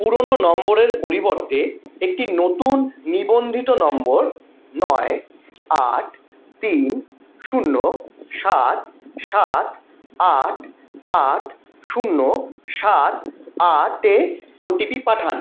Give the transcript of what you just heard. পুরোনো নম্বরের পরিবর্তে একটি নতুন নিবন্ধিত নম্বর নয় আট তিন শূন্য সাত সাত আট আট শূন্য সাত আটে ওটিপি পাঠান